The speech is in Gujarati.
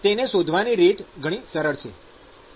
તેને શોધવાની રીત ઘણી સરળ છે